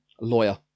Lawyer